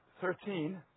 Thirteen